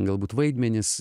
galbūt vaidmenys